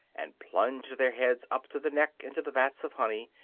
and plunge their head up to the neck into the vats of honey,